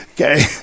Okay